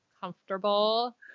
comfortable